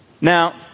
Now